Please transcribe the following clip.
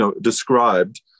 described